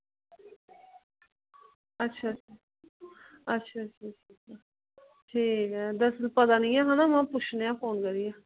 अच्छा ठीक ऐ दरअसल मिगी पता निं हा ना ते पुच्छनी आं फोन करियै